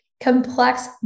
complex